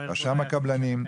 רשם הקבלנים,